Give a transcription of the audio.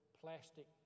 plastic